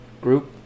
group